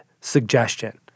suggestion